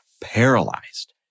paralyzed